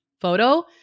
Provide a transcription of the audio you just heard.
photo